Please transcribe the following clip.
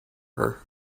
her